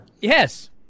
Yes